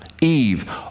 Eve